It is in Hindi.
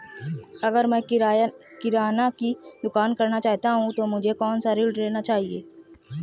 अगर मैं किराना की दुकान करना चाहता हूं तो मुझे कौनसा ऋण लेना चाहिए?